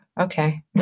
okay